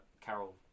Carol